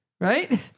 right